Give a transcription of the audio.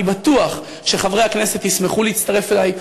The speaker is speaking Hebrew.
אני בטוח שחברי הכנסת ישמחו להצטרף אלי,